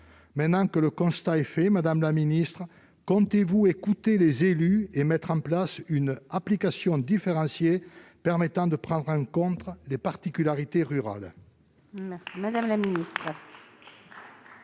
Maintenant que le constat est dressé, madame la ministre, comptez-vous écouter les élus et mettre en place une application différenciée permettant de prendre en contre les particularités rurales ?